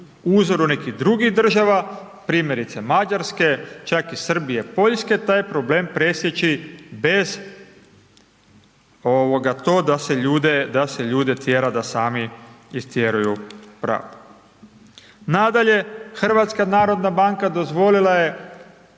uzoru nekih drugih država, primjerice Mađarske, čak i Srbije, Poljske, taj problem presjeći bez to da se ljude tjera da sami istjeruju pravdu. Nadalje HNB dozvolila je